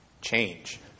change